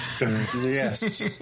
Yes